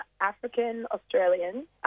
African-Australian